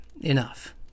enough